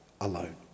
alone